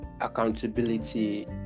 accountability